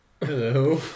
Hello